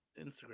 Instagram